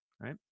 right